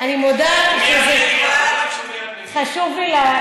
אני מודה שזה חשוב לי,